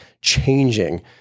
changing